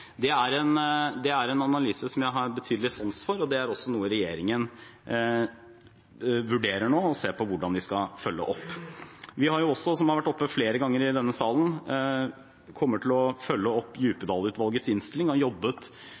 Det er en analyse som jeg har betydelig sans for, og det er også noe regjeringen nå vurderer og ser på hvordan vi skal følge opp. Vi kommer også – og det har vært oppe flere ganger i denne salen – til å følge opp Djupedal-utvalgets innstilling,